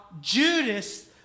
Judas